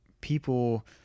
people